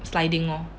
sliding orh